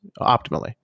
optimally